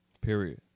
Period